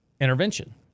intervention